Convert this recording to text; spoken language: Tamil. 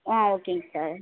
ஆ ஓகேங்க சார்